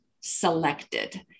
selected